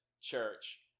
church